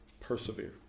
persevere